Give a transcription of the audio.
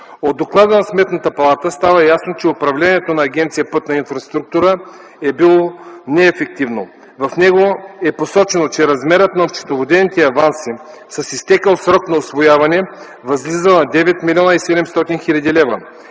От доклада на Сметната палата става ясно, че управлението на агенция „Пътна инфраструктура” е било неефективно. В него е посочено, че размерът на осчетоводените аванси с изтекъл срок на усвояване възлиза на 9 млн. 700 хил. лв.,